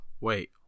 Wait